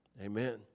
amen